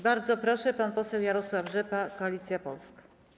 Bardzo proszę, pan poseł Jarosław Rzepa, Koalicja Polska.